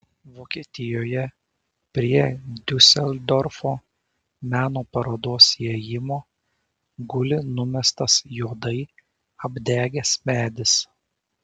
vokietijoje prie diuseldorfo meno parodos įėjimo guli numestas juodai apdegęs medis